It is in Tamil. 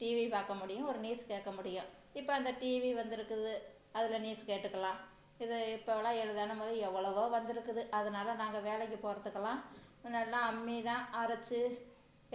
டிவி பார்க்க முடியும் ஒரு நியூஸ் கேட்க முடியும் இப்போ அந்த டிவி வந்துருக்குது அதுல நியூஸ் கேட்டுக்கலாம் இது இப்போல்லாம் ஏழு தரம் மாதிரி எவ்வளவோ வந்துருக்குது அதனால் நாங்கள் வேலைக்கு போகறதுக்குலாம் முன்னாடிலாம் அம்மி தான் அரைச்சு